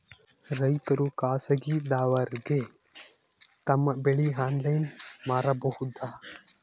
ರೈತರು ಖಾಸಗಿದವರಗೆ ತಮ್ಮ ಬೆಳಿ ಆನ್ಲೈನ್ ಮಾರಬಹುದು?